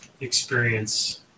experience